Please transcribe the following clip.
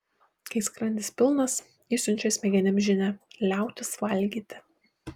kai skrandis pilnas jis siunčia smegenims žinią liautis valgyti